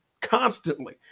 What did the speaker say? constantly